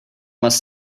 must